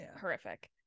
horrific